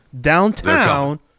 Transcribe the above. downtown